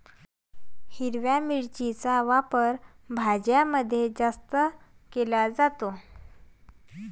हिरव्या मिरचीचा वापर भाज्यांमध्ये जास्त केला जातो